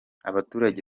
abaturage